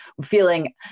feeling